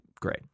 Great